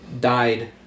died